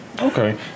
Okay